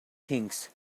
things